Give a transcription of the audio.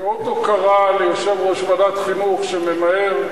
כאות הוקרה ליושב-ראש ועדת החינוך, שממהר,